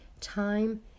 Time